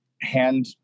hand